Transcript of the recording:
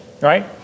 right